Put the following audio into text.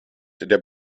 der